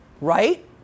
right